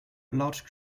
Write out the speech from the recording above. large